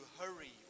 hurry